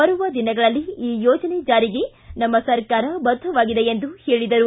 ಬರುವ ದಿನಗಳಲ್ಲಿ ಈ ಯೋಜನೆ ಜಾರಿಗೆ ನಮ್ಮ ಸರ್ಕಾರ ಬದ್ದವಾಗಿದೆ ಎಂದು ಹೇಳಿದರು